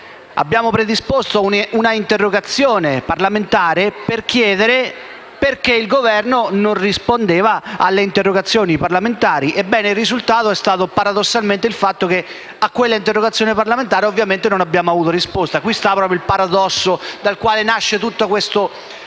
e predisponemmo un'interrogazione parlamentare per chiedere perché il Governo non rispondeva alle interrogazioni parlamentari. Ebbene, il risultato è stato paradossalmente che a quell'interrogazione parlamentare ovviamente non abbiamo avuto risposta: qui sta il paradosso dal quale prende avvio questo momento.